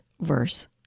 verse